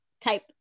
type